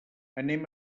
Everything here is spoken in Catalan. anem